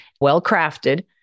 well-crafted